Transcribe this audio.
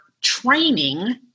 training